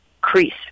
crease